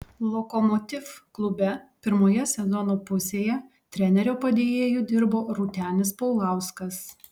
lokomotiv klube pirmoje sezono pusėje trenerio padėjėju dirbo rūtenis paulauskas